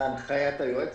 להנחיית היועץ,